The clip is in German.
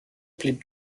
blieb